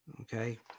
Okay